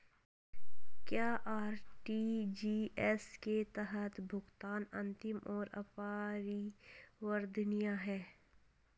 क्या आर.टी.जी.एस के तहत भुगतान अंतिम और अपरिवर्तनीय है?